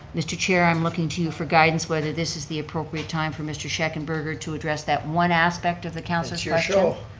mr. chair, i'm looking to you for guidance whether this is the appropriate time for mr. scheckenberger to address that one aspect of the councilor's question? sure,